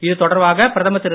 இது தொடர்பாக பிரதமர் திரு